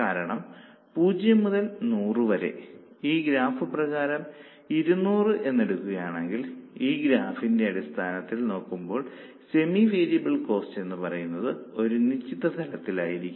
കാരണം 0 മുതൽ 100 വരെ അല്ലെങ്കിൽ ഈ ഗ്രാഫ് പ്രകാരം 200 എന്നെടുക്കുകയാണെങ്കിൽ ഈ ഗ്രാഫിന്റെ അടിസ്ഥാനത്തിൽ നോക്കുകയാണെങ്കിൽ സെമി വേരിയബിൾ കോസ്റ്റ് എന്നുപറയുന്നത് ഒരു നിശ്ചിത തലത്തിൽ ആയിരിക്കും